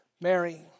Mary